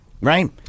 Right